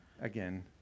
again